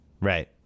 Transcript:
Right